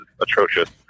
atrocious